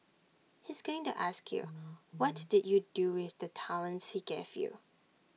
he's going to ask you what did you do with the talents he gave you